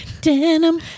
denim